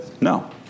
No